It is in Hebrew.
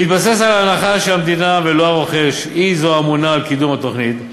בהתבסס על ההנחה שהמדינה ולא הרוכש היא זו הממונה על קידום התוכנית,